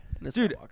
Dude